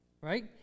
right